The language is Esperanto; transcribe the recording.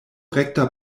rekta